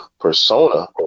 persona